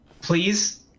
Please